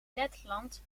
letland